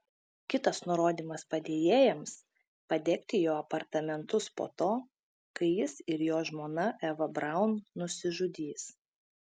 kitas nurodymas padėjėjams padegti jo apartamentus po to kai jis ir jo žmona eva braun nusižudys